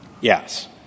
Yes